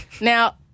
Now